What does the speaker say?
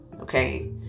okay